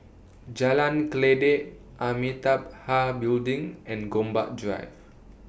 Jalan Kledek Amitabha Building and Gombak Drive